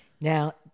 Now